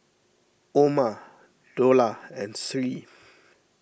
Umar Dollah and Sri